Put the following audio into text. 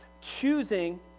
choosing